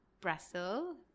Brussels